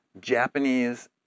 Japanese